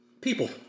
People